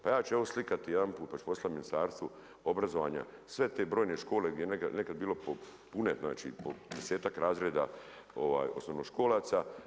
Pa ja ću evo slikati jedanput pa ću poslati Ministarstvu obrazovanja sve te brojne škole gdje je nekad bilo pune znači po desetak razreda osnovnoškolaca.